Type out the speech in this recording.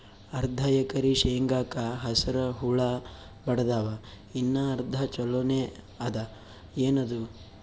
ಅರ್ಧ ಎಕರಿ ಶೇಂಗಾಕ ಹಸರ ಹುಳ ಬಡದಾವ, ಇನ್ನಾ ಅರ್ಧ ಛೊಲೋನೆ ಅದ, ಏನದು?